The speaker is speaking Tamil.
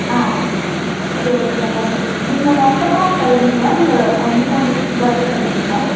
ஆ சரி ஓகே நல்லாயிருக்கு நீங்கள் மொத்தமாகவும் தருவீங்ளா இல்லை வ கொஞ்சம் கொஞ்சம் இதாக தான் தருவீங்களா